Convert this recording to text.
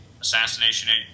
assassination